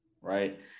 Right